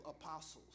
apostles